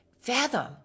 fathom